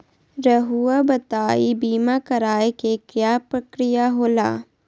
रहुआ बताइं बीमा कराए के क्या प्रक्रिया होला?